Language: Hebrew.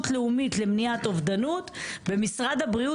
לאומית למניעת אובדות במשרד הבריאות,